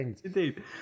Indeed